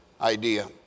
idea